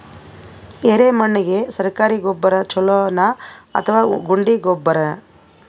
ಎರೆಮಣ್ ಗೆ ಸರ್ಕಾರಿ ಗೊಬ್ಬರ ಛೂಲೊ ನಾ ಅಥವಾ ಗುಂಡಿ ಗೊಬ್ಬರ?